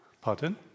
Pardon